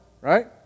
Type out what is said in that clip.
right